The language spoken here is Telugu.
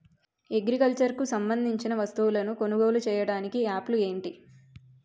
అగ్రికల్చర్ కు సంబందించిన వస్తువులను కొనుగోలు చేయటానికి యాప్లు ఏంటి?